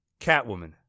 Catwoman